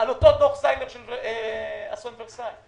בעקבות אותו דוח זיילר על אסון ורסאי,